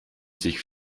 sich